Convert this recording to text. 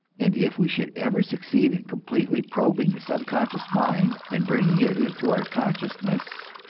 and if we should ever succeed in completely probing the subconscious mind and bringing it into our consciousness,